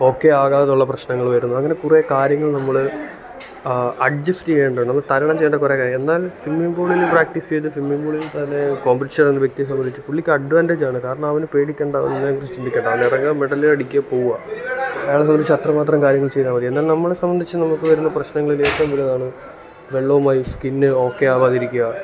okay ആകാതുള്ള പ്രശ്നങ്ങൾ വരുന്നു അങ്ങനെ കുറെ കാര്യങ്ങൾ നമ്മൾ അഡ്ജസ്റ്റെ ചെയ്യേണ്ടതാണ് നമ്മൾ തരണം ചെയ്യേണ്ട കുറെ കാര്യങ്ങൾ എന്നാൽ സ്വിമ്മിങ് പൂളിൽ പ്രാക്റ്റീസ് ചെയ്ത് സ്വിമ്മിങ് പൂളിൽത്തന്നെ കോമ്പറ്റീഷനാവുന്ന വ്യക്തിയെ സംബന്ധിച്ച് പുള്ളിക്ക് അഡ്വാൻറ്റേജാണ് കാരണം അവന് പേടിക്കേണ്ട ഒന്നിനേക്കുറിച്ചും ചിന്തിക്കേണ്ട അവനെറങ്ങാ മെഡലടിക്ക്യാ പോവ്വാ അവനെ സംബന്ധിച്ച് അത്രമാത്രം കാര്യങ്ങൾ ചെയ്താൽ മതി എന്നാൽ നമ്മളെ സംബന്ധിച്ച് നമുക്ക് വരുന്ന പ്രശ്നങ്ങളിൽ ഏറ്റോം വലുതാണ് വെള്ളവുമായി സ്കിന്ന് ഓക്കെയാവാതിരിക്കാൻ